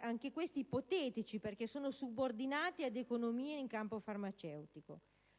anche questi ipotetici, perché subordinati ad economie in campo farmaceutico.